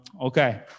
Okay